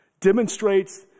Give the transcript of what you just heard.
demonstrates